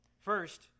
First